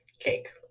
Cake